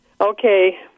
Okay